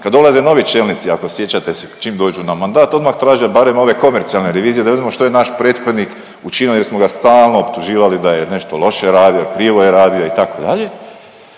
Kad dolaze novi čelnici, ako sjećate se čim dođu na mandat odmah traže barem ove komercijalne revizije da vidimo što je naš prethodnik učinio jer smo ga stalno optuživali da je nešto loše radio, krivo je radio itd.